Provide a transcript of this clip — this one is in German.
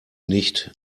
nicht